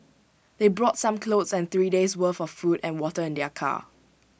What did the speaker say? they brought some clothes and three days' worth of food and water in their car